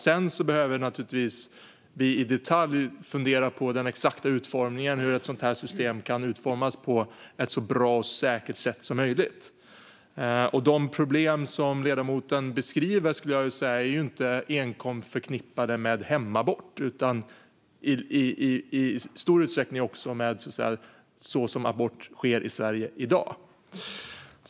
Sedan behöver naturligtvis vi i detalj fundera över den exakta utformningen på ett så bra och säkert sätt som möjligt. De problem som ledamoten beskriver är inte enkom förknippade med hemabort utan i stor utsträckning med hur abort sker i Sverige i dag.